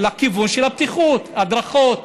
לכיוון של הבטיחות, הדרכות,